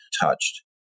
touched